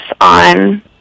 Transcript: on